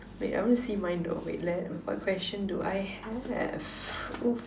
wait I want to see mine though wait let what question do I have oo